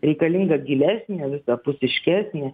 reikalinga gilesnė visapusiškesnė